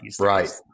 right